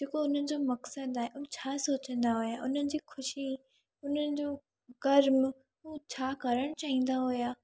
जेको उन्हनि जो मक़्सदु आहे उहे छा सोचंदा हुआ उन्हनि जी ख़ुशी उन्हनि जो कर्म उहे छा करणु चाहींदा हुआ